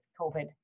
COVID